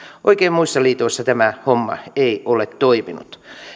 muissa liitoissa tämä homma ei oikein ole toiminut